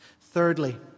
Thirdly